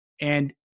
And-